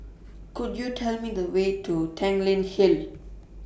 Could YOU Tell Me The Way to Tanglin Hill